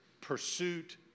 pursuit